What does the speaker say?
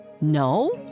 No